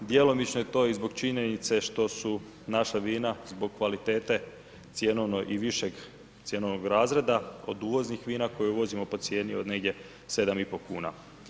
Djelomično je to i zbog činjenice što su naša vina zbog kvalitete, cjenovno i višeg cjenovnog razreda od uvoznih vina koje uvozimo po cijeni od negdje 7,5 kuna.